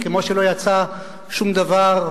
כמו שלא יצא שום דבר,